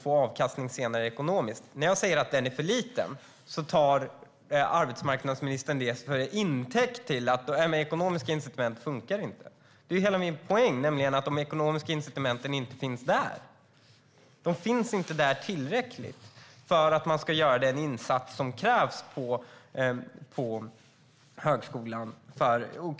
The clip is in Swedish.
När jag säger att skillnaden är för liten tar arbetsmarknadsministern det till intäkt för att ekonomiska incitament inte fungerar. Men det är ju hela min poäng: Det finns inga ekonomiska incitament. De är inte tillräckliga för att man ska göra den insats som krävs på högskolan.